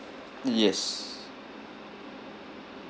yes